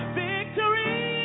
victory